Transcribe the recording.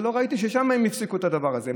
ולא ראיתי ששם הם הפסיקו את הדבר הזה.